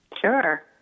Sure